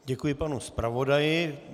Děkuji panu zpravodaji.